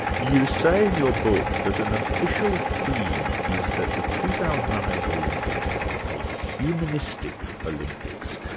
you say in your book that an official theme is that the two thousand and eight olympics are a humanistic olympics,